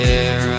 air